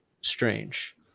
strange